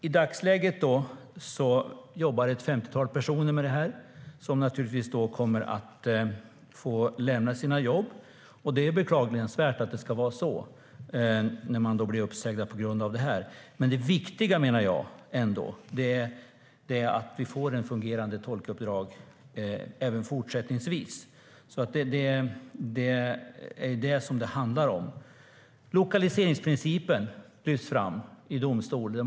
I dagsläget jobbar ett femtiotal personer med det här. Naturligtvis kommer de att få lämna sina jobb. Det är beklagansvärt att de blir uppsagda på grund av detta. Men det viktiga menar jag ändå är att vi får fungerande tolkuppdrag även fortsättningsvis. Det är det som det handlar om. Lokaliseringsprincipen lyfts fram av domstolen.